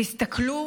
תסתכלו